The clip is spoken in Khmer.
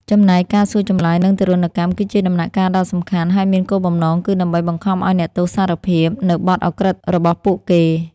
ចំណែកការសួរចម្លើយ និងទារុណកម្ម គឺជាដំណាក់កាលដ៏សំខាន់ ហើយមានគោលបំណងគឺដើម្បីបង្ខំឱ្យអ្នកទោស "សារភាព" នូវបទឧក្រិដ្ឋរបស់ពួកគេ។